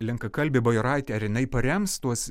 lenkakalbė bajoraitė ar jinai parems tuos